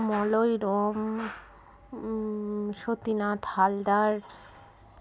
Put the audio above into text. Malay Rom Srijita Satinath Haldar